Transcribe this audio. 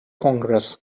congress